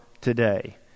today